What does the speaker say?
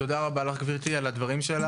גברתי, תודה רבה לך על דברייך.